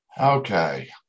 Okay